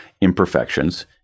imperfections